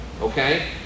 okay